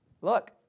look